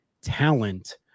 talent